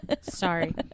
sorry